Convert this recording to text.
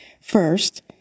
First